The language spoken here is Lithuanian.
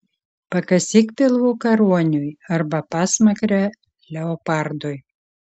pakasyk pilvuką ruoniui arba pasmakrę leopardui